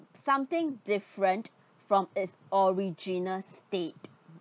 something different from its original state